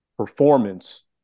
Performance